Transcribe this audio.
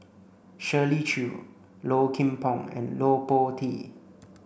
Shirley Chew Low Kim Pong and Po Tee